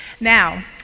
Now